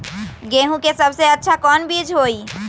गेंहू के सबसे अच्छा कौन बीज होई?